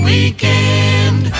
Weekend